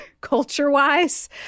culture-wise